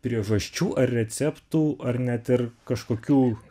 priežasčių ar receptų ar net ir kažkokių